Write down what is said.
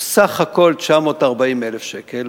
זה סך הכול 940,000 שקל